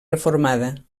reformada